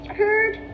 heard